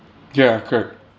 ya correct